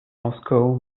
moscow